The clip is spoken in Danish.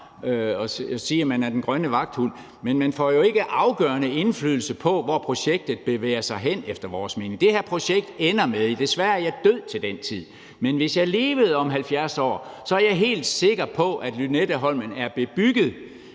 og sige, at man er den grønne vagthund, men man får jo ikke afgørende indflydelse på, hvor projektet bevæger sig hen, efter vores mening. Det her projekt ender med – desværre er jeg død til den tid, men hvis jeg levede om 70 år, er jeg helt sikker på, at jeg ville se det